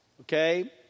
Okay